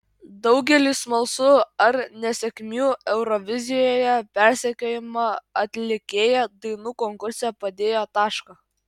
daugeliui smalsu ar nesėkmių eurovizijoje persekiojama atlikėja dainų konkurse padėjo tašką